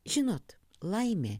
žinot laimė